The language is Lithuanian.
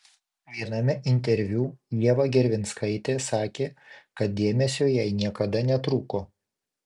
viename interviu ieva gervinskaitė sakė kad dėmesio jai niekada netrūko